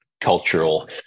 cultural